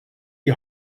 die